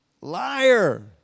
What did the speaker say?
Liar